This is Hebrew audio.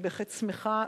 אני בהחלט שמחה,